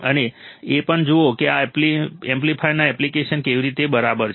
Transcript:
અને એ પણ જુઓ કે આ એમ્પ્લીફાયરની એપ્લિકેશન કેવી રીતે બરાબર છે